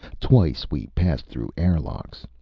twice we passed through air-locks.